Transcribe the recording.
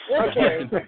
Okay